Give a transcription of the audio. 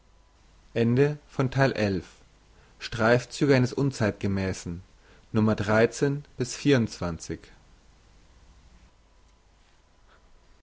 streifzüge eines unzeitgemässen